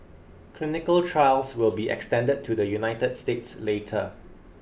clinical trials will be extended to the United States later